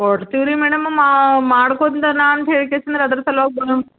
ಹೋಡ್ತಿವ್ ರೀ ಮೇಡಮ ಮಾಡ್ಕೊಳ್ತೇನೆ ಅಂಥೇಳಿ